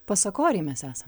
pasakoriai mes esa